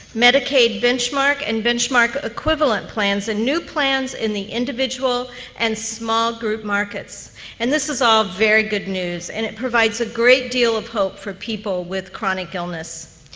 medicaid benchmark and benchmark equivalent plans, and new plans in the individual and small group markets and this is all very good news, and it provides a great deal of hope for people with chronic illness.